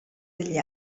degli